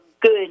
good